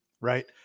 right